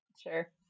sure